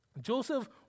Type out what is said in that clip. Joseph